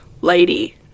lady